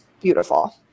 beautiful